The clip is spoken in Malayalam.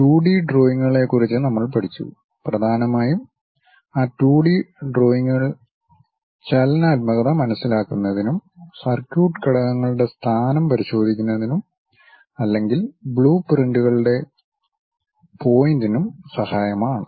ഇതുവരെ ടൂ ഡി ഡ്രോയിംഗുകളെക്കുറിച്ച് നമ്മൾ പഠിച്ചു പ്രധാനമായും ആ ടൂ ഡി ഡ്രോയിംഗുകൾ ചലനാത്മകത മനസിലാക്കുന്നതിനും സർക്യൂട്ട് ഘടകങ്ങളുടെ സ്ഥാനം പരിശോധിക്കുന്നതിനും അല്ലെങ്കിൽ ബ്ലൂപ്രിന്റുകളുടെ പോയിന്റിനും സഹായകമാണ്